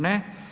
Ne.